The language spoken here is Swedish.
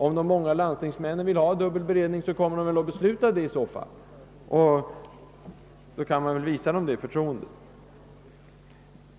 Om »de många landstingsmännen» vill ha en dubbel beredning, kommer de väl att besluta om en sådan och vi bör visa dem förtroendet att ge dem rätt att avgöra.